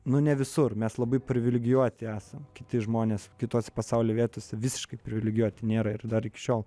nu ne visur mes labai privilegijuoti esam kiti žmonės kitose pasaulio vietose visiškai privilegijuoti nėra ir dar iki šiol